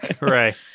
Right